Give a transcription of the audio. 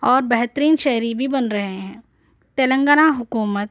اور بہترین شہری بھی بن رہے ہیں تلنگانہ حکومت